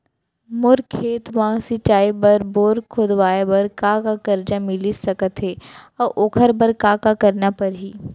मोर खेत म सिंचाई बर बोर खोदवाये बर का का करजा मिलिस सकत हे अऊ ओखर बर का का करना परही?